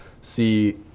see